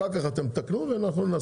אחר כך אתם תתקנו ואנחנו נעשה.